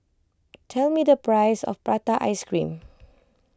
tell me the price of Prata Ice Cream